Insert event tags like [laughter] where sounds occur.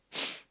[noise]